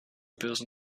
bösen